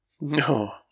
No